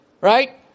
right